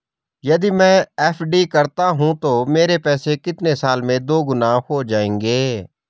यदि मैं एफ.डी करता हूँ तो मेरे पैसे कितने साल में दोगुना हो जाएँगे?